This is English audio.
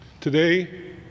Today